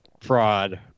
fraud